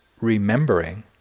remembering